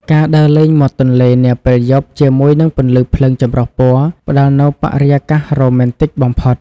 ការដើរលេងមាត់ទន្លេនាពេលយប់ ជាមួយនឹងពន្លឺភ្លើងចម្រុះពណ៌ ផ្ដល់នូវបរិយាកាសរ៉ូមែនទិកបំផុត។